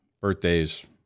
birthdays